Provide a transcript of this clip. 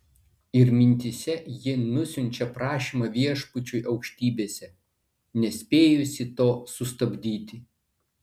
ir mintyse ji nusiunčia prašymą viešpačiui aukštybėse nespėjusi to sustabdyti